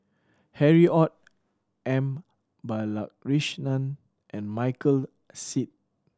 Harry Ord M Balakrishnan and Michael Seet